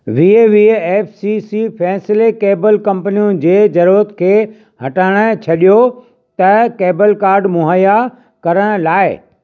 वीह वीह F C C फ़ैसिले केबल कंपनियूं जे ज़रूरत खे हटाए छॾियो त केबलकार्ड मुहैया करण लाइ